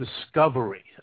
discovery